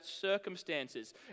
circumstances